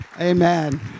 Amen